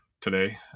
today